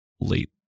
late